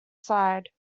side